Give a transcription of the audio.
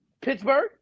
Pittsburgh